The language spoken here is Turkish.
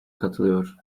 katılıyor